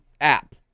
app